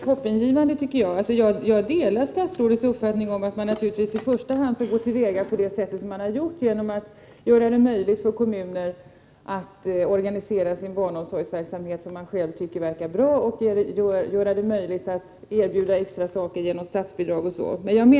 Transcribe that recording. Herr talman! Jag tycker att det låter hoppingivande. Jag delar statsrådets uppfattning om att man i första hand skall gå till väga som man tidigare har gjort, genom att göra det möjligt för kommunerna att själva organisera barnomsorgen och erbjuda ytterligare alternativ med hjälp av statsbidrag.